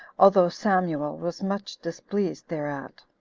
although samuel was much displeased thereat.